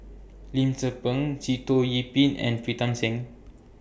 Lim Tze Peng Sitoh Yih Pin and Pritam Singh